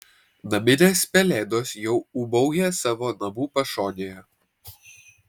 naminės pelėdos jau ūbauja savo namų pašonėje